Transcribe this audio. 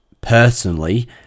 personally